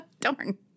Darn